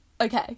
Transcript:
okay